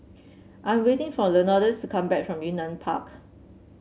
I'm waiting for Leonidas come back from Yunnan Park